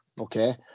Okay